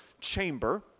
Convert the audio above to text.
chamber